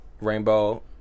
Rainbow